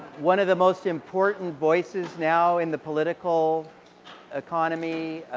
one of the most important voices now in the political economy,